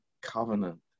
covenant